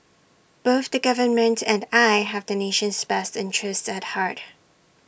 both the government and I have the nation's best interest at heart